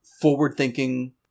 forward-thinking